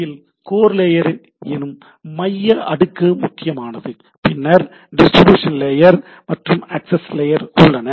இதில் core layer என்னும் மைய அடுக்கு முக்கியமானது பின்னர் டிஸ்ட்ரிபியூஷன் லேயர் மற்றும் ஆக்சஸ் லேயர் உள்ளன